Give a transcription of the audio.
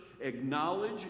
acknowledge